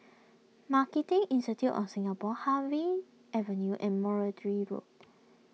Marketing Institute of Singapore Harvey Avenue and Road